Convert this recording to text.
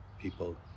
people